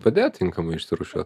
padėt tinkamai išsirūšiuot